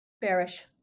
Bearish